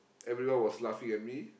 everyone was laughing at me